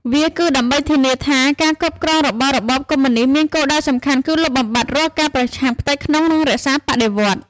វាគឺដើម្បីធានាថា ការគ្រប់គ្រងរបស់របបកុម្មុយនីស្តមានគោលដៅសំខាន់គឺលុបបំបាត់រាល់ការប្រឆាំងផ្ទៃក្នុង និងរក្សាបដិវត្តន៍។